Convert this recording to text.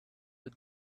the